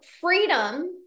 freedom